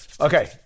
okay